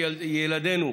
סייעות.